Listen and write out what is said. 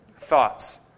thoughts